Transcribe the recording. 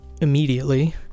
immediately